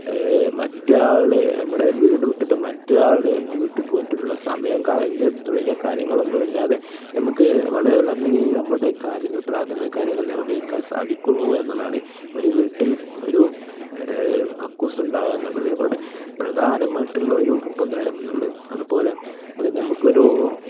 മറ്റെ ആൾ നമ്മുടെ വീട് വിട്ടിട്ട് മറ്റൊരാളുടെ വീട്ടിൽ പോയിട്ടുള്ള സമയം കളഞ്ഞു തുടങ്ങിയ കാര്യങ്ങളൊന്നുമില്ലാതെ നമുക്ക് വളരെ നല്ല രീതിയിൽ നമ്മുടെ കാര്യങ്ങൾ പ്രാഥമിക കാര്യങ്ങൾ നിർവഹിക്കാൻ സാധിക്കുന്നു എന്നതാണ് ഒരു വീട്ടിൽ ഒരു കക്കൂസ് ഉണ്ടാവുക എന്നുള്ളത് കൊണ്ട് പ്രധാനമായിട്ടുള്ള ഒരു ഉപകാരം എന്നുള്ളത് അതുപോലെ അത് നമുക്ക് ഒരു